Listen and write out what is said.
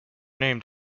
named